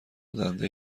دنده